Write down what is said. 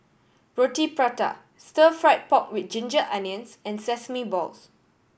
Roti Prata Stir Fried Pork With Ginger Onions and sesame balls